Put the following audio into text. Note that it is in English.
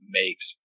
makes